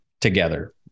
together